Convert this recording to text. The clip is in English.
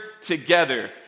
together